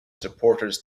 supporters